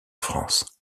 france